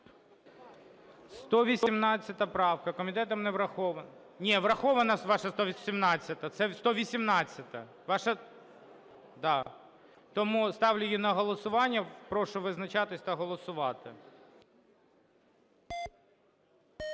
118 правка комітетом не врахована. Ні, врахована ваша 118-а. Це 118-а, ваша, да. Тому ставлю її на голосування. Прошу визначатись та голосувати.